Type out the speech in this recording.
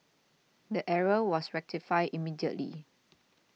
the error was rectified immediately